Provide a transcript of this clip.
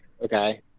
okay